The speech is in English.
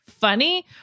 funny